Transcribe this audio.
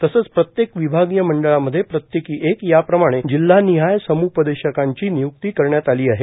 तसेच प्रत्येक विभागीय मंडळामध्ये प्रत्येकी एक याप्रमाणे जिल्हानिहाय सम्पदेशकांची निय्क्ती करण्यात आली आहे